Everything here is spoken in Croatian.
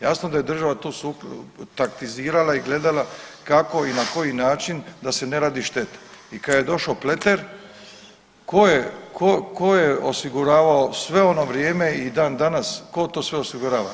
Jasno da je država tu taktizirala i gledala kako i na koji način da se ne radi šteta i kad je došao Pleter, tko je, tko je osiguravao sve ono vrijeme i dan danas, tko to sve osigurava?